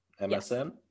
MSN